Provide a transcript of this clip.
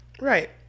Right